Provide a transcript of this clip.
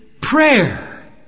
prayer